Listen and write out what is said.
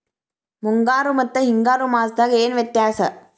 ಮುಂಗಾರು ಮತ್ತ ಹಿಂಗಾರು ಮಾಸದಾಗ ಏನ್ ವ್ಯತ್ಯಾಸ?